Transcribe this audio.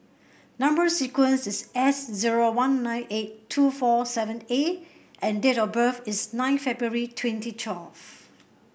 number sequence is S zero one nine eight two four seven A and date of birth is nine February twenty twelve